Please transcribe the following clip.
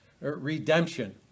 redemption